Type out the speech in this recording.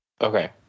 okay